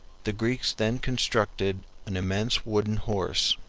the greeks then constructed an immense wooden horse,